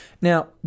Now